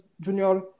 Junior